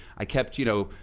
i kept, you know,